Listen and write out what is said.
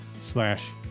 slash